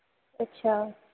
अच्छा